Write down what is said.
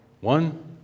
one